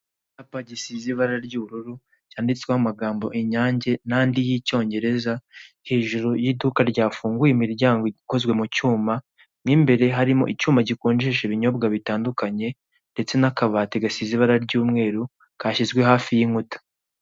Icyapa gisize ibara ry'ubururu cyanditsweho amagambo Inyange nandi y'icyongereza hejuru y'iduka ryafunguye imiryango ikozwe mu cyuma mwimbere harimo icyuma gikonjesha ibinyobwa bitandukanye ndetse n'akabati gasize ibara ry'umweru kashyizwe hafi y'inkuta.